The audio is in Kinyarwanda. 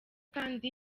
kandi